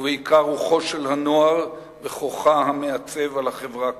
ובעיקר רוחו של הנוער וכוחה המעצב על החברה כולה.